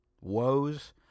woes